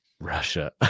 Russia